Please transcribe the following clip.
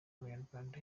abanyarwanda